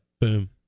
boom